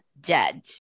dead